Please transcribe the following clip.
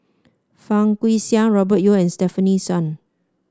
Fang Guixiang Robert Yeo and Stefanie Sun